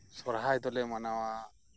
ᱥᱚᱨᱦᱟᱭ ᱫᱚᱞᱮ ᱢᱟᱱᱟᱣᱟ